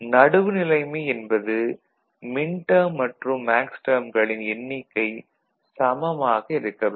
நடுவுநிலைமை என்பது மின்டேர்ம் மற்றும் மேக்ஸ்டேர்ம்களின் எண்ணிக்கை சமமாக இருக்க வேண்டும்